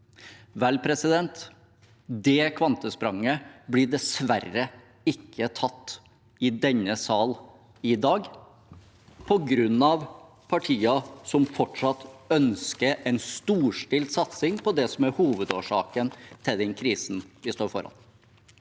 klimakampen. Det kvantespranget blir dessverre ikke tatt i denne sal i dag, på grunn av partier som fortsatt ønsker en storstilt satsing på det som er hovedårsaken til den krisen vi står foran.